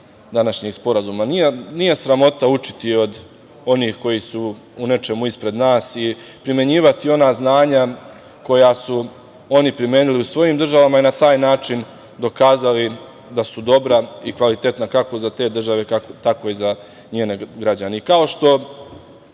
današnjeg sporazuma. Nije sramota učiti od onih koji su u nečemu ispred nas i primenjivati ona znanja koja su oni primenili u svojim državama i na taj način dokazali da su dobra i kvalitetna, kako za te države, tako i za njene građane. Kao